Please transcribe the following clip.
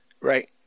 right